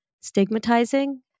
stigmatizing